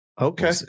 okay